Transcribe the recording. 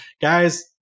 Guys